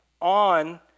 on